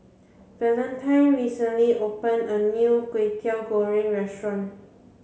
Valentine recently opened a new Kway Teow Goreng restaurant